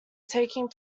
taking